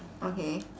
okay